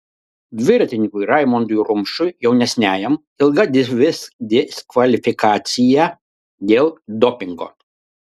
dviratininkui raimondui rumšui jaunesniajam ilga diskvalifikacija dėl dopingo